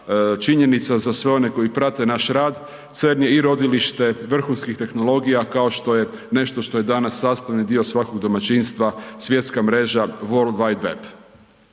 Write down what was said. činjenica za sve one koji prate naš rad, CERN je i rodilište vrhunskih tehnologija kao što je nešto što je danas sastavni dio svakog domaćinstva, svjetska mreža World Wide Web.